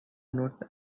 not